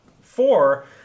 four